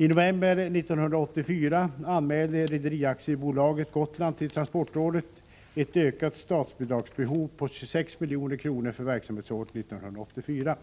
I november 1984 anmälde Rederiaktiebolaget Gotland till transportrådet ett ökat statsbidragsbehov på ca 26 milj.kr. för verksamhetsåret 1984.